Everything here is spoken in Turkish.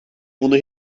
bunu